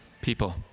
people